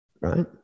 Right